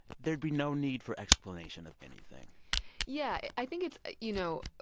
there'd be no need for explanation of anything yeah, i think it's, you know,